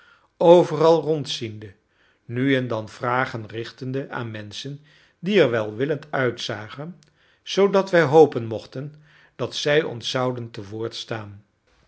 overal rondziende nu en dan vragen richtende aan menschen die er welwillend uitzagen zoodat wij hopen mochten dat zij ons zouden te woord staan